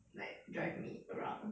like drive me around